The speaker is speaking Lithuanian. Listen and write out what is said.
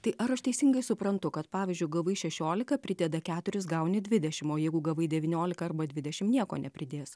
tai ar aš teisingai suprantu kad pavyzdžiui gavai šešiolika prideda keturis gauni dvidešim o jeigu gavai devyniolika arba dvidešim nieko nepridės